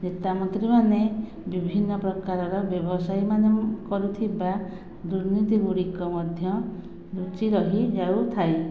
ନେତାମନ୍ତ୍ରୀମାନେ ବିଭିନ୍ନ ପ୍ରକାରର ବ୍ୟବସାୟୀମାନେ କରୁଥିବା ଦୁର୍ନୀତିଗୁଡ଼ିକ ମଧ୍ୟ ଲୁଚି ରହିଯାଉଥାଏ